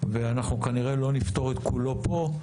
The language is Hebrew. ואנחנו כנראה לא נפתור את כולו פה.